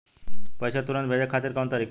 पैसे तुरंत भेजे खातिर कौन तरीका बा?